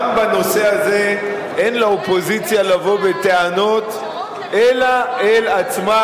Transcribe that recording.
גם בנושא הזה אין לאופוזיציה לבוא בטענות אלא אל עצמה,